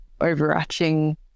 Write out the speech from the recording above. overarching